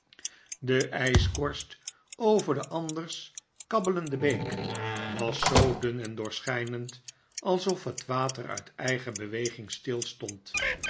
de ijskorst over de anders kabbelende beek was zoo dun en doorschijnend alsof het water uit eigen beweging stilstond